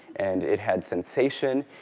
and it had sensation.